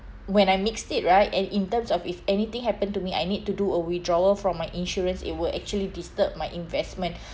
when I mixed it right and in terms of if anything happened to me I need to do a withdrawal from my insurance it will actually disturb my investment